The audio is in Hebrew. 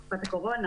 הקורונה,